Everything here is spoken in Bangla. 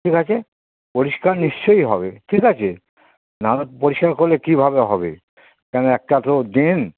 ঠিক আছে পরিষ্কার নিশ্চয়ই হবে ঠিক আছে নাহলে পরিষ্কার করলে কীভাবে হবে কেন একটা তো ড্রেন